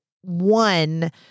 one